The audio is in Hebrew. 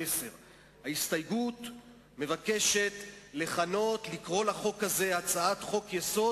משום שבדרך הסקטורים מבינים שככל שתהיה יותר מצוקה יהיה יותר סקטור,